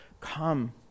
Come